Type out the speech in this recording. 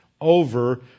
over